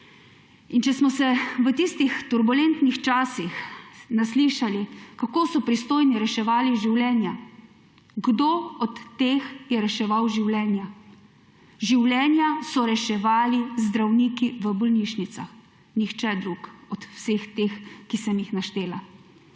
Če smo se v tistih turbulentnih časih naposlušali, kako so pristojni reševali življenja – kdo od teh je reševal življenja? Življenja so reševali zdravniki v bolnišnicah, nihče od vseh teh, ki sem jih naštela.